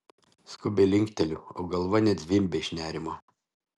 skubiai linkteliu o galva net zvimbia iš nerimo